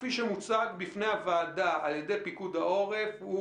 כפי שמוצג בפני הוועדה על ידי פיקוד העורף,